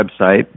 website